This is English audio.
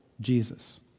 Jesus